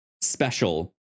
special